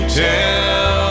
tell